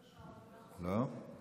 לא.